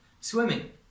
Swimming